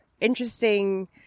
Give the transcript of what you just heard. interesting